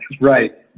right